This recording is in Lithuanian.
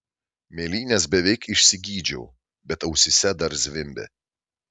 mėlynes beveik išsigydžiau bet ausyse dar zvimbė